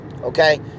okay